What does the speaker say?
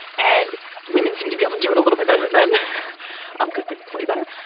and women seem to be able to do it a little bit better than men um could play better.